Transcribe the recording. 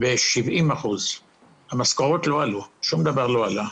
ב-70% בעוד שהמשכורות לא עלו, שום דבר לא עלה.